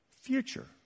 future